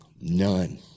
None